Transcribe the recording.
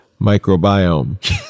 microbiome